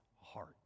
heart